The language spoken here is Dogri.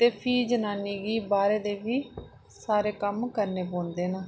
ते फ्ही जनानी गी बाहरै दे बी सारे कम्म करने पौंदे न